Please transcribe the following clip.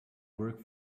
work